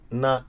na